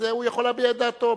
הוא יכול להביע את דעתו,